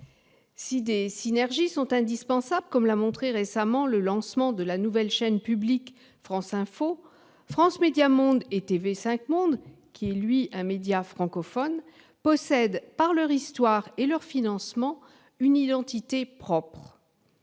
Si des synergies sont indispensables, comme l'a montré récemment le lancement de la nouvelle chaîne publique France Info TV, France Médias Monde et TV5 Monde, médias francophones, possèdent, par leur histoire et leur financement, une identité propre.